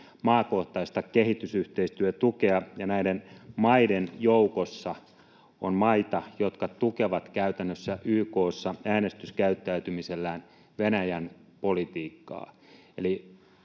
maakohtaista kehitysyhteistyötukea, ja näiden maiden joukossa on maita, jotka tukevat käytännössä YK:ssa äänestyskäyttäytymisellään Venäjän politiikkaa.